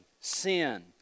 sin